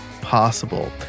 possible